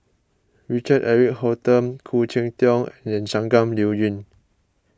Richard Eric Holttum Khoo Cheng Tiong and Shangguan Liuyun